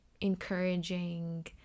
encouraging